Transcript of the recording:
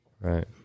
Right